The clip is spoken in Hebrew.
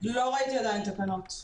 לא ראיתי עדיין תקנות.